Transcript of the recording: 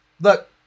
look